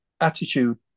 attitude